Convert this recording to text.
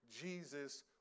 Jesus